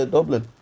Dublin